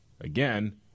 again